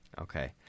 Okay